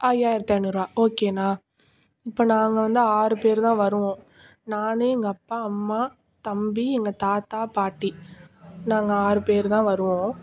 ஐயாயிரத்தி ஐநூறுரூவா ஓகேண்ணா இப்போ நாங்கள் வந்து ஆறு பேர் தான் வருவோம் நான் எங்கள் அப்பா அம்மா தம்பி எங்கள் தாத்தா பாட்டி நாங்கள் ஆறு பேர் தான் வருவோம்